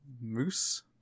Moose